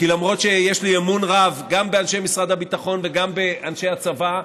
כי למרות שיש לי אמון רב גם באנשי משרד הביטחון וגם באנשי הצבא,